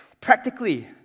practically